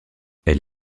elle